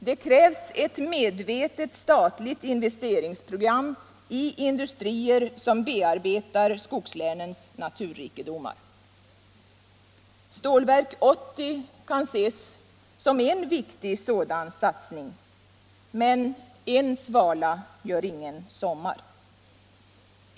Det krävs ett medvetet statligt investeringsprogram för att skapa industrier som bearbetar skogslänens naturrikedomar. Stålverk 80 kan ses som en viktig sådan satsning — men en svala gör ingen sommar.